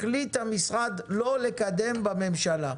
החליט המשרד לא לקדם בממשלה".